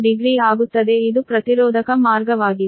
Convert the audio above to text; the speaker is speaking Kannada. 860 ಆಗುತ್ತದೆ ಇದು ಪ್ರತಿರೋಧಕ ಮಾರ್ಗವಾಗಿದೆ